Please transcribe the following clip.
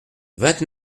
vingt